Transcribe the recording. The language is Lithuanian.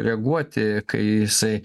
reaguoti kai jisai